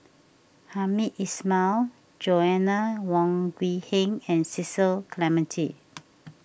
Hamed Ismail Joanna Wong Bee Heng and Cecil Clementi